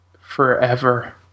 forever